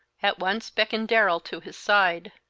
at once beckoned darrell to his side.